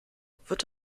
wird